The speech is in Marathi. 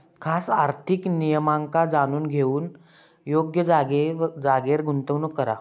खास आर्थिक नियमांका जाणून घेऊन योग्य जागेर गुंतवणूक करा